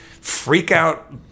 freak-out